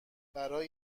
برای